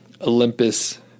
Olympus